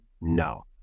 No